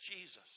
Jesus